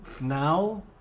now